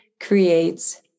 creates